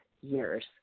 years